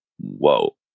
Whoa